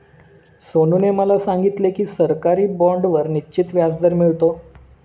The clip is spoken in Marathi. सोनूने मला सांगितले की सरकारी बाँडवर निश्चित व्याजदर मिळतो